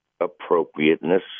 appropriateness